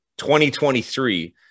2023